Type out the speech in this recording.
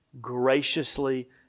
graciously